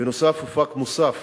בנוסף הופק מוסף